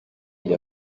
bya